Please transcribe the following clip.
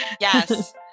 yes